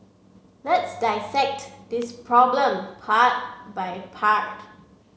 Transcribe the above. let's dissect this problem part by part